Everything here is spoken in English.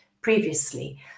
previously